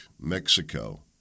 Mexico